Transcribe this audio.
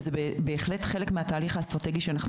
וזה בהחלט חלק מהתהליך האסטרטגי שאנחנו